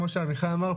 כמו שעמיחי אמר,